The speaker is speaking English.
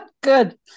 good